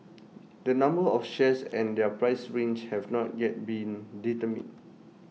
the number of shares and their price range have not yet been determined